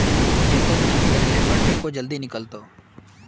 खेतत नमी रहले पर टेको जल्दी निकलतोक